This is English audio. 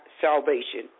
salvation